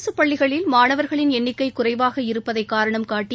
அரசு பள்ளிகளில் மாணவர்களின் எண்ணிக்கை குறைவாக இருப்பதை காரணம்காட்டி